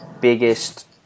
biggest